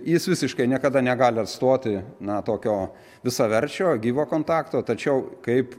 jis visiškai niekada negali atstoti na tokio visaverčio gyvo kontakto tačiau kaip